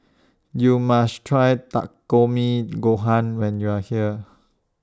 YOU must Try Takikomi Gohan when YOU Are here